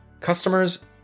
Customers